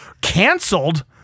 canceled